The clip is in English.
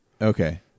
Okay